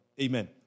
Amen